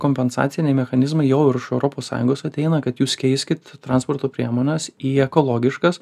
kompensaciniai mechanizmai jau ir iš europos sąjungos ateina kad jūs keiskit transporto priemones į ekologiškas